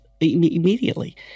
immediately